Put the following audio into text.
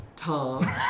Tom